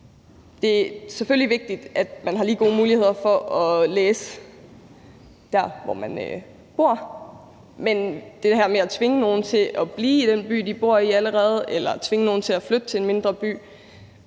det er selvfølgelig vigtigt, at man har lige gode muligheder for at læse der, hvor man bor. Men jeg tænker ikke, det er en løsning at at tvinge nogen til at blive i den by, de bor i allerede, eller tvinge nogen til at flytte til en mindre by,